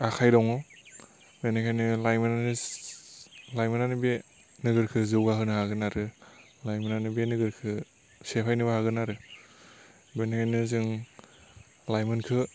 आखाइ दङ बेनिखायनो लाइमोनआनो बे नोगोरखौ जौगाहोनो हागोन आरो लाइमोनआनो बे नोगौरखौ सेफायनोबो हागोन आरो बेनिखायनो जों लाइमोनखौ